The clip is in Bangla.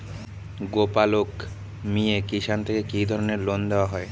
গোপালক মিয়ে কিষান থেকে কি ধরনের লোন দেওয়া হয়?